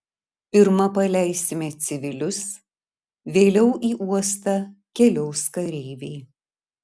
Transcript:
pirma paleisime civilius vėliau į uostą keliaus kareiviai